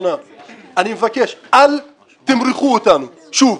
מבקש, אל תמרחו אותנו שוב.